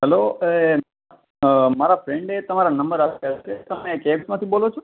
hello એ અઅ મારા ફ્રેન્ડે તમારા નંબર આપ્યો છે તમે કેબમાંથી બોલો છો